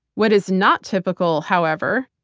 what is not typical, however,